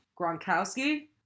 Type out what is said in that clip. Gronkowski